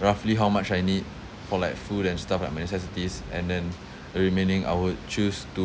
roughly how much I need for like food and stuff like my necessities and then the remaining I would choose to